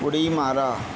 उडी मारा